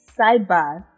sidebar